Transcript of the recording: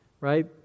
right